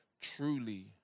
truly